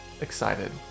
excited